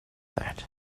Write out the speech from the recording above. that